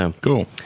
Cool